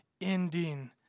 ending